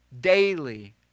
daily